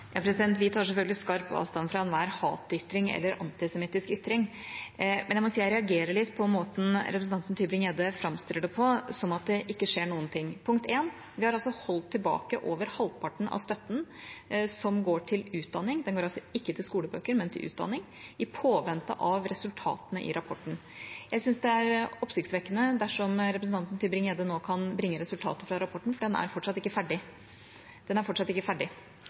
Vi tar selvfølgelig skarp avstand fra enhver hatytring eller antisemittistisk ytring. Men jeg må si jeg reagerer litt på måten representanten Tybring-Gjedde framstiller det på, som om det ikke skjer noen ting. Punkt én: Vi har holdt tilbake over halvparten av støtten som går til utdanning – den går altså ikke til skolebøker, men til utdanning – i påvente av resultatene i rapporten. Jeg syns det er oppsiktsvekkende dersom representanten Tybring-Gjedde nå kan bringe resultater fra rapporten, for den er fortsatt ikke ferdig. Vi venter på resultatene av den,